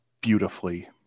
beautifully